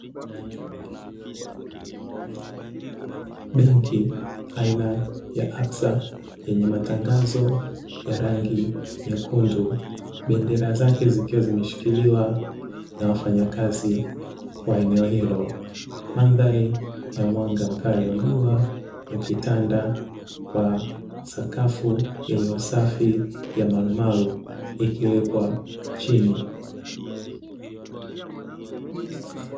Benki aina ya "absa" yenye matangazo ya rangi nyekundu. Bendera zake zikiwa zimeshikiliwa na wafanyakazi wa eneo hilo. Mandhari ya mwanga mkali wa jua ukitanda kwa sakafu iliyosafi ya marumaru ikiwekwa chini.